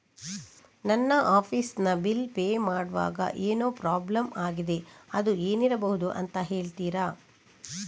ನನ್ನ ಆಫೀಸ್ ನ bill pay ಮಾಡ್ವಾಗ ಏನೋ ಪ್ರಾಬ್ಲಮ್ ಆಗಿದೆ ಅದು ಏನಿರಬಹುದು ಅಂತ ಹೇಳ್ತೀರಾ?